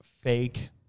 fake